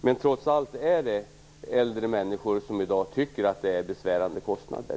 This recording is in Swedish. Trots allt är det dock äldre människor som i dag tycker att det här är besvärande kostnader.